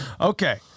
Okay